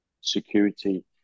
security